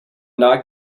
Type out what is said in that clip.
not